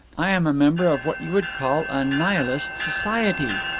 i am a member of what you would call a nihilist society.